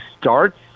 starts